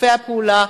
שיתופי הפעולה,